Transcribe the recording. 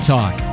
Talk